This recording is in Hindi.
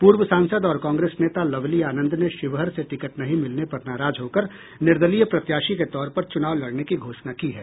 पूर्व सांसद और कांग्रेस नेता लवली आनंद ने शिवहर से टिकट नहीं मिलने पर नाराज होकर निर्दलीय प्रत्याशी के तौर पर चुनाव लड़ने की घोषणा की है